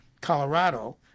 Colorado